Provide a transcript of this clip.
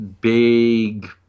big